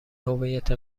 هویت